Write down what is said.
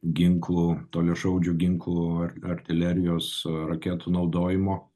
ginklų toliašaudžių ginklų ar artilerijos raketų naudojimo